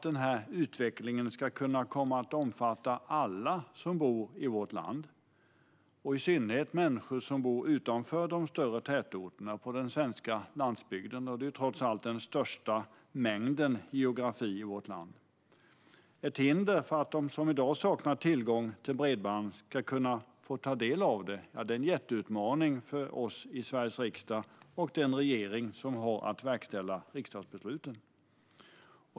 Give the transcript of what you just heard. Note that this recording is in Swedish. Denna utveckling måste omfatta alla som bor i vårt land, i synnerhet människor som bor utanför de större tätorterna på den svenska landsbygden, som trots allt geografiskt utgör större delen av vårt land. Hindren för att de som i dag saknar tillgång till bredband ska kunna få del av det är en jätteutmaning för oss i Sveriges riksdag och den regering som har att verkställa riksdagsbesluten.